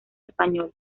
español